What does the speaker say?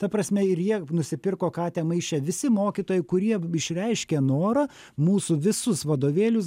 ta prasme ir jie nusipirko katę maiše visi mokytojai kurie išreiškė norą mūsų visus vadovėlius